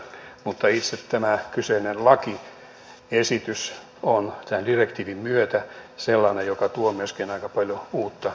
mutta itse tämä kyseinen lakiesitys on tämän direktiivin myötä sellainen joka tuo myöskin aika paljon uutta nykyiseen parempaa